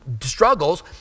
struggles